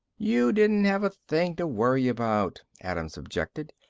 you didn't have a thing to worry about, adams objected.